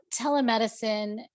telemedicine